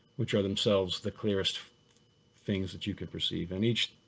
which are themselves the clearest things that you can perceive. and each